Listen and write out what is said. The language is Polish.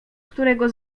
którego